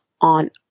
on